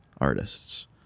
artists